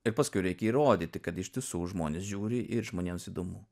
ir paskui reikia įrodyti kad iš tiesų žmonės žiūri ir žmonėms įdomu